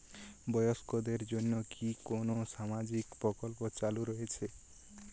বয়স্কদের জন্য কি কোন সামাজিক প্রকল্প চালু রয়েছে?